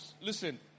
listen